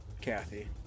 Kathy